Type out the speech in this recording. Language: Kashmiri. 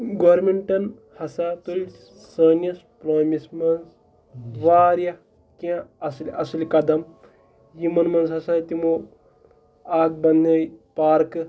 گورمِنٹَن ہسا تُلۍ سٲنِس پُلوٲمِس منٛز واریاہ کینٛہہ اَصٕل اَصٕل قدم یِمَن منٛز ہَسا تِمو اَکھ بَننٲے پارکہٕ